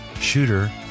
shooter